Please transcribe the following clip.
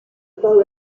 bow